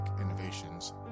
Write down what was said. innovations